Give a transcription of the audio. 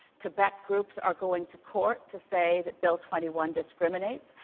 quebec groups are going to court to say that bill twenty one discriminates.